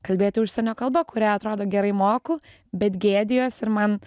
kalbėti užsienio kalba kurią atrodo gerai moku bet gėdijuos ir man